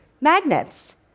magnets